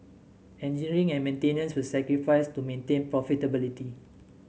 engineering and maintenance were sacrificed to maintain profitability